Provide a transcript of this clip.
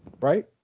Right